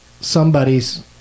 somebody's